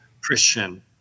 Christian